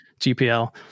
GPL